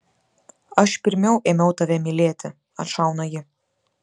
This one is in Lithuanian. aš pirmiau ėmiau tave mylėti atšauna ji